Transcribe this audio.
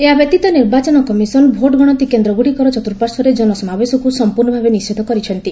ଏହା ବ୍ୟତୀତ ନିର୍ବାଚନ କମିଶନ ଭୋଟ୍ ଗଣତି କେନ୍ଦ୍ରଗୁଡ଼ିକର ଚର୍ତୁର୍ପାଶ୍ୱରେ ଜନସମାବେଶକୁ ସଂପ୍ରର୍ଣ୍ଣ ଭାବେ ନିଷେଧ କରିଛନ୍ତି